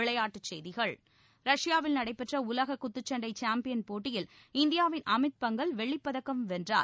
விளையாட்டுச்செய்திகள் ரஷ்பாவில் நடைபெற்ற உலக குத்துச்சண்டை சாம்பியன் போட்டியில் இந்தியாவின் அமித் பங்கல் வெள்ளிப்பதக்கம் வென்றார்